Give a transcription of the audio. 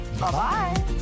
Bye-bye